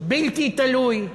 בלתי תלוי.